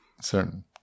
certain